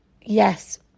Yes